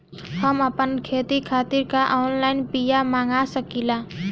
हम आपन खेती खातिर का ऑनलाइन बिया मँगा सकिला?